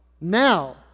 now